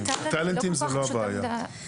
--- טאלנטים זה לא הבעיה.